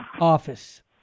office